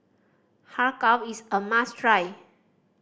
Har Kow is a must try